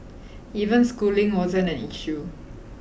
even schooling wasn't an issue